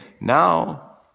Now